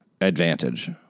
Advantage